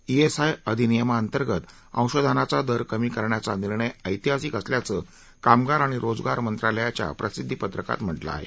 ESI अधिनियमांअतर्गत अंशदानाचा दर कमी करण्याचा निर्णय ऐतिहासिक असल्याचं कामगार आणि रोजगार मंत्रालयाच्या प्रसिद्धीपत्रकात म्हटलं आहे